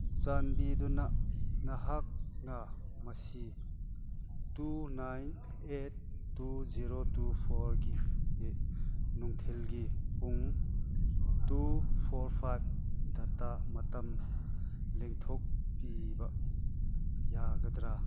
ꯆꯥꯟꯕꯤꯗꯨꯅ ꯅꯍꯥꯛꯅ ꯃꯁꯤ two nine eight two zero two ꯐꯣꯔꯒꯤ ꯅꯨꯡꯊꯤꯜꯒꯤ ꯄꯨꯡ ꯇꯨ ꯐꯣꯔ ꯐꯥꯏꯚ ꯗꯥꯇꯥ ꯃꯇꯝ ꯂꯦꯡꯊꯣꯛꯄꯤꯕ ꯌꯥꯒꯗ꯭ꯔꯥ